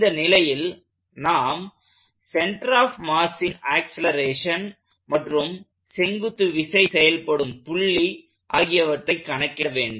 இந்த நிலையில் நாம் சென்டர் ஆப் மாஸின் ஆக்சலேரேஷன் மற்றும் செங்குத்து விசை செயல்படும் புள்ளி ஆகியவற்றை கணக்கிட வேண்டும்